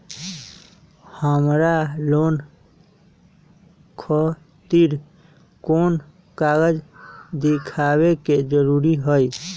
हमरा लोन खतिर कोन कागज दिखावे के जरूरी हई?